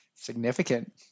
Significant